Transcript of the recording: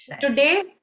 Today